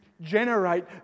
generate